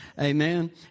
Amen